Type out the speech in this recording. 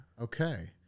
Okay